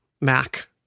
Mac